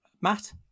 Matt